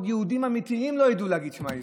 ויהודים אמיתיים לא יידעו להגיד שמע ישראל.